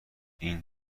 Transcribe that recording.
این